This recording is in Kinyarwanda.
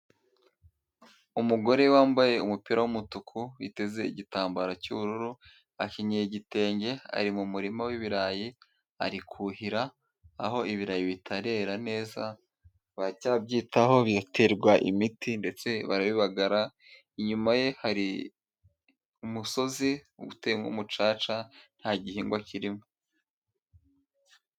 Umugore wambaye umupira wumutuku, witeze igitambaro cy'ubururu, akenyeye igitenge ari mu murima w'ibirayi, ari kuhira aho ibirayi bitarera neza baracyabyitaho biterwa imiti ndetse barabibagara, inyuma ye hari umusozi uteyemo umucaca, nta gihingwa kirimo.